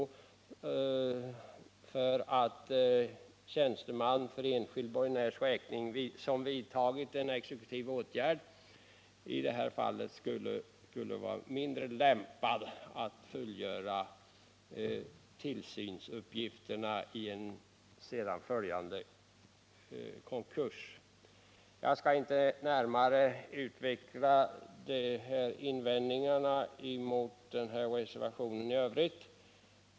Vad det gäller är huruvida tjänsteman, som för enskild borgenärs räkning vidtagit en exekutiv åtgärd, skulle vara mindre lämpad att fullgöra tillsynsuppgifterna i en sedan följande konkurs. Jag skall inte närmare utveckla invändningarna mot reservationen 6 i övrigt.